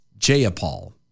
Jayapal